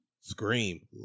scream